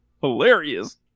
Hilarious